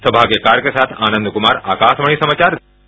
सौभाग्य कार के साथ आनंद कुमार आकाशवाणी समाचार दिल्ली